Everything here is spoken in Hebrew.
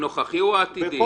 הנוכחי או העתידי?